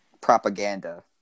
Propaganda